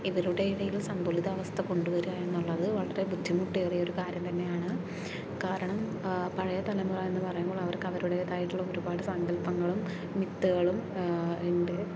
ഇവരുടെ ഇടയിൽ സന്തുലിതാവസ്ഥ കൊണ്ടുവരുക എന്നുള്ളത് വളരെ ബുദ്ധിമുട്ട് ഏറിയ ഒരു കാര്യം തന്നെയാണ് കാരണം പഴയ തലമുറ എന്ന് പറയുമ്പോൾ അവർക്ക് അവരുടേതായിടുള്ള ഒരുപാട് സങ്കല്പങ്ങളും മിത്തുകളും ഉണ്ട്